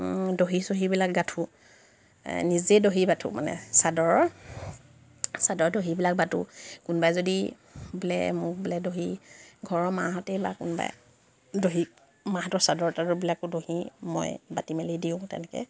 ও দহি চহীবিলাক গাথোঁ এ নিজে দহি বাথোঁ মানে চাদৰৰ চাদৰ দহীবিলাক বাটোঁ কোনোবাই যদি বোলে মোক বোলে দহি ঘৰৰ মাহঁতে বা কোনবাই দহি মাহঁতৰ চাদৰ তাদৰবিলাকো দহি ময়ে বাটি মেলি দিওঁ তেনেকৈ